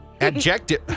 adjective